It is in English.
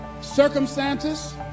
circumstances